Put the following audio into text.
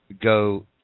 go